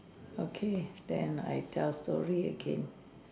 okay then I tell story again